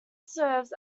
serves